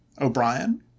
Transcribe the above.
O'Brien